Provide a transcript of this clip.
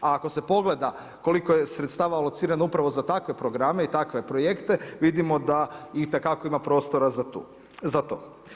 A ako se pogleda koliko je sredstava alocirano upravo za takve programe, takve projekte, vidimo da itekako ima prostora za to.